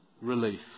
relief